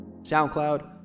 soundcloud